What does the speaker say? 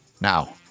Now